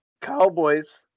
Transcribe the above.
Cowboys